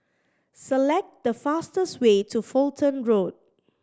select the fastest way to Fulton Road